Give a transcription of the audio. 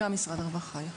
גם משרד הרווחה היה.